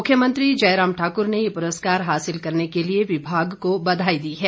मुख्यमंत्री जयराम ठाक्र ने ये पुरस्कार हासिल करने के लिए विभाग को बधाई दी है